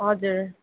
हजुर